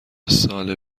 ساله